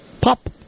pop